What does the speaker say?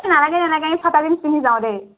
এই নালাগে নালাগে এই ফটা জিনছ পিন্ধি যাওঁ দেই